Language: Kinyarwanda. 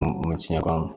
banyarwanda